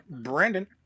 Brandon